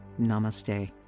namaste